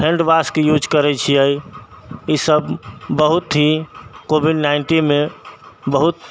हैण्डवाशके use करैत छिऐ ई सभ बहुत ही कोविड नाइन्टीनमे बहुत